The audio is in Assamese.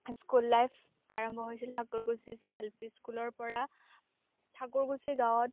মোৰ স্কুল লাইফ আৰম্ভ হৈছিল ঠাকুৰকুছি এল পি স্কুলৰ পৰা ঠাকুৰকুছি গাঁৱত